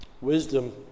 Wisdom